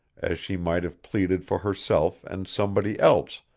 as she might have pleaded for herself and somebody else,